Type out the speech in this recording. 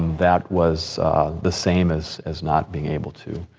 that was the same as as not being able to,